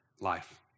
life